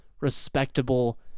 respectable